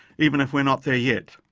even if we are not there yet.